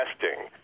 testing